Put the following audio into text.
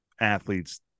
athletes